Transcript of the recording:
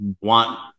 want